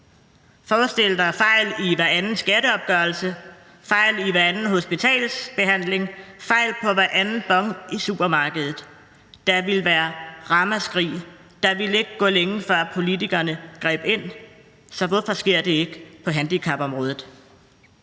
Forestil dig fejl i hver anden skatteopgørelse, fejl i hver anden hospitalsbehandling, fejl på hver anden bon i supermarkedet. Der ville lyde et ramaskrig, og der ville ikke gå længe, før politikerne greb ind, så hvorfor sker det ikke på handicapområdet?